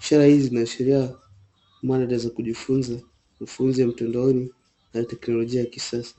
Ishara hizi zinaashiria mada za kujifunza, mafunzo ya mtandaoni, na teknolojia ya kisasa.